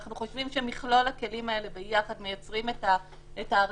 אנחנו חושבים שמכלול הכלים האלה ביחד מייצרים את ההרתעה,